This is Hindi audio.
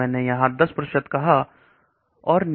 ऐसा मैंने यहां 10 कहा है